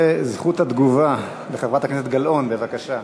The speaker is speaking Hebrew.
זכות התגובה לחברת הכנסת גלאון, בבקשה.